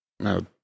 No